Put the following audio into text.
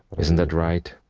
isn't that right?